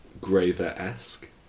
Graver-esque